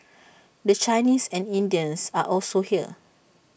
the Chinese and Indians are also here